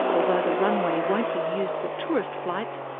although the runway won't be used for tourist flights,